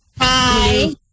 Hi